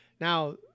Now